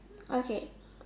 okay